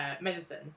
medicine